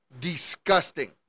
disgusting